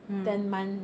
mm